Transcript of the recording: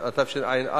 בעד,